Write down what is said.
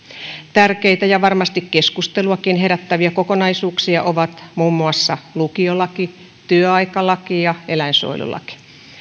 tärkeitä ja varmasti keskusteluakin herättäviä kokonaisuuksia ovat muun muassa lukiolaki työaikalaki ja eläinsuojelulaki